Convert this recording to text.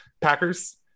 Packers